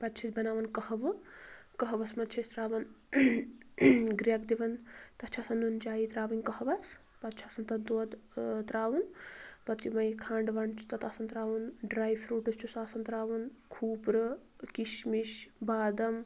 پتہٕ چھِ أسۍ بناوان قٔہوٕ قٔہوس منٛز چھِ أسۍ ترٛاوان گرٛیٚکھ دِوان تتھ چھِ آسان نُنہٕ چایی ترٛاوٕنۍ قٔہوس پتہٕ چھُ آسان تتھ دۄدھ ٲں ترٛاوُن پتہٕ یِمٔے کھنٛڈ ونٛڈ چھُ تتھ آسان ترٛاوُن ڈرٛاے فرٛیٛوٗٹٕس چھُس آسان ترٛاوُن کھوٗپرٕ کِشمِش بادم